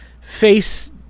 face